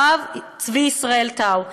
הרב צבי ישראל טאו,